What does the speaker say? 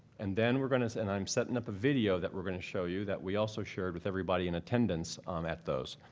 and then we're going to and i'm setting up a video that we're going to show you that we also shared with everybody in attendance um at those.